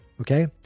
okay